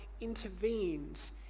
intervenes